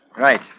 right